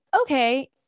okay